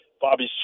Bobby